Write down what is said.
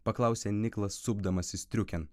paklausė niklas supdamasis striukėn